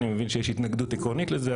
אני ראיתי שיש התנגדות עקרונית לזה,